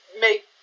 make